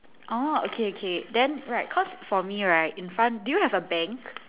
orh okay okay then right cause for me right in front do you have a bank